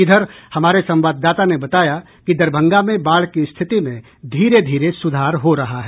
इधर हमारे संवाददाता ने बताया कि दरभंगा में बाढ़ की स्थिति में धीरे धीरे सुधार हो रहा है